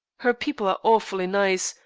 her people are awfully nice,